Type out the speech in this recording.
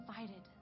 invited